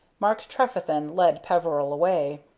mark trefethen led peveril away.